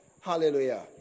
Hallelujah